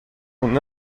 son